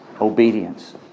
Obedience